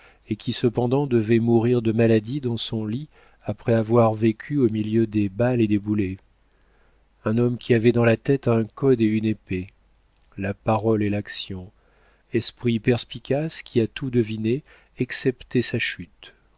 et qui cependant devait mourir de maladie dans son lit après avoir vécu au milieu des balles et des boulets un homme qui avait dans la tête un code et une épée la parole et l'action esprit perspicace qui a tout deviné excepté sa chute